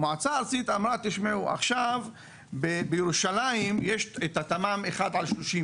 והמועצה הארצית אמרה שעכשיו בירושלים יש את התמ"מ 1/30,